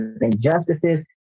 injustices